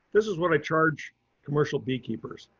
this is what i charge commercial beekeepers.